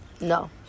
No